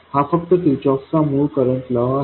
हा फक्त किर्चहोफचा मूळ करंट लॉ आहे